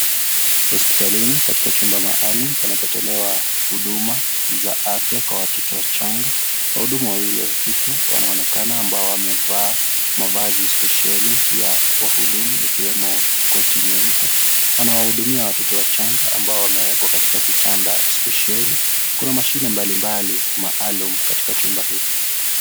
Hospitalini katika chumba maalum panapotolewa huduma za afya kwa watoto wachanga. Wahudumu wawili wa kike wanaonekana ambao wamevaa mavazi spesheli ya wahudumu ikiwemo koti nyeupe. Wanawahudumia watoto wachanga ambao wamewekwa katika vitanda spesheli. Kuna mashine mbalimbali maalum katika chumba hiki.